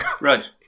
Right